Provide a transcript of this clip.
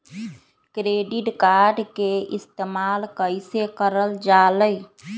Credit card के इस्तेमाल कईसे करल जा लई?